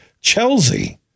Chelsea